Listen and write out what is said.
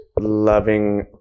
loving